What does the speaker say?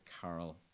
carol